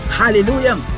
hallelujah